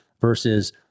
versus